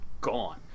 gone